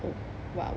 oh !wow!